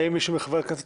חבר הכנסת